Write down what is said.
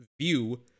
view